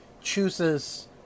chooses